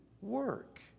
work